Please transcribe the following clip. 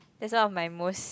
that's one of my most